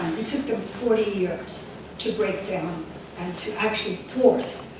it took them forty years to break in and to actually force